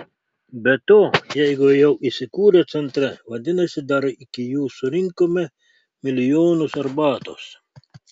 be to jeigu jau įsikūrę centre vadinasi dar iki jų surinkome milijonus arbatos